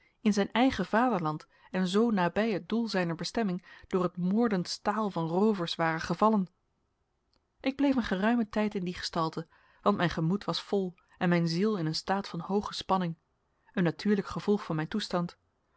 in zijn eigen vaderland en zoo nabij het doel zijner bestemming door het moordend staal van roovers ware gevallen ik bleef een geruimen tijd in die gestalte want mijn gemoed was vol en mijn ziel in een staat van hooge spanning een natuurlijk gevolg van mijn toestand